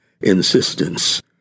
insistence